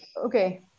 Okay